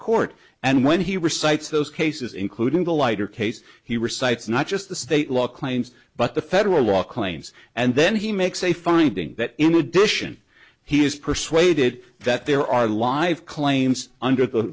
court and when he recites those cases including the lighter case he recites not just the state law claims but the federal law claims and then he makes a finding that in addition he is persuaded that there are live claims under the